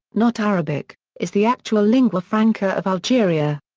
not arabic, is the actual lingua franca of algeria.